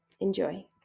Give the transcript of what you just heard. enjoy